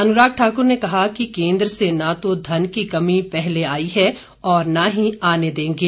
अनुराग ठाकुर ने कहा कि केंद्र से न तो धन की कमी पहले आई है और न ही आने देंगे